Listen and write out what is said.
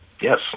Yes